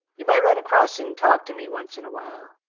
you might run across and talk to me once in a while,